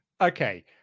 Okay